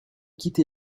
quitté